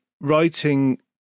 writing